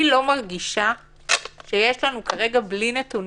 אני לא מרגישה שיש לנו יכולת לקבל החלטה מושכלת כרגע בלי נתונים.